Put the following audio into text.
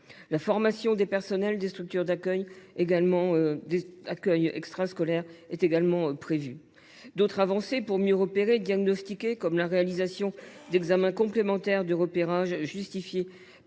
la formation du personnel des structures d’accueil extrascolaires. Le texte prévoit d’autres avancées pour mieux repérer et diagnostiquer, parmi lesquelles la réalisation d’examens complémentaires de repérage justifiés